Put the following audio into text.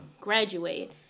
graduate